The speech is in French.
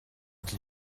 dis